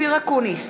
אופיר אקוניס,